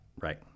Right